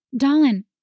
Dalin